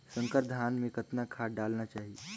संकर धान मे कतना खाद डालना चाही?